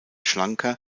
schlanker